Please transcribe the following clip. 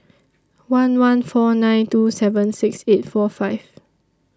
one one four nine two seven six eight four five